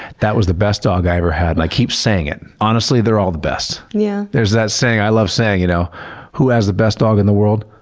that was the best dog i've ever had. and i keep saying it. honestly, they're all the best. yeah there's that saying, i love saying, you know who has the best dog in the world?